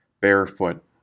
Barefoot